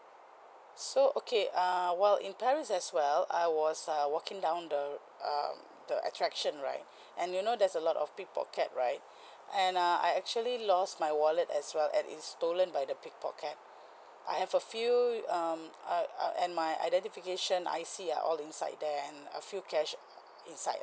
so okay err while in paris as well I was uh walking down the um the attraction right and you know there's a lot of pickpocket right and uh I actually lost my wallet as well and it's stolen by the pickpocket I have a few um uh uh and my identification I_C are all inside there and a few cash inside